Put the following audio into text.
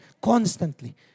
constantly